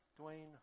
Dwayne